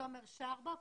תומר מחובר.